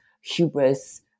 hubris